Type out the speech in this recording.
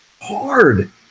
hard